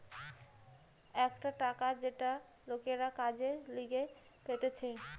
একটা টাকা যেটা লোকরা কাজের লিগে পেতেছে